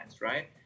right